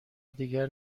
دیگر